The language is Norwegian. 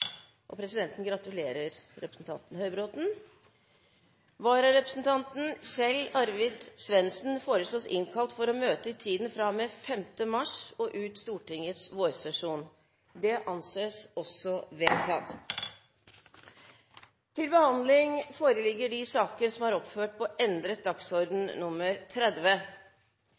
vedtatt. Presidenten gratulerer representanten Høybråten! Vararepresentanten, Kjell Arvid Svendsen, foreslås innkalt for å møte i tiden fra og med 5. mars og ut Stortingets vårsesjon. – Det anses også vedtatt. Før sakene på dagens kart tas opp til behandling,